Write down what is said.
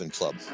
Club